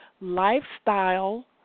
lifestyle